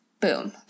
boom